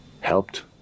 helped